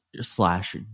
slash